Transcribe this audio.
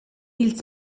ils